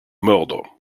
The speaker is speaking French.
mordre